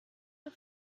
man